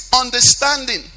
understanding